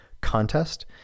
contest